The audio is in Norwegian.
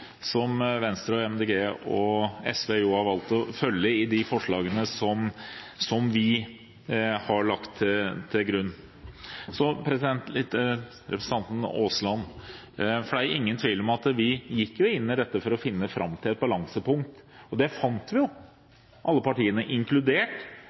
som Venstre, Miljøpartiet De Grønne og SV har valgt å følge i de forslagene som vi har lagt til grunn. Så til representanten Aasland: Det er ingen tvil om at vi gikk inn i dette for å finne fram til et balansepunkt, og det fant vi